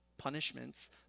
punishments